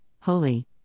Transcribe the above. holy